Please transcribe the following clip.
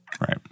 Right